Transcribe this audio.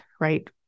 right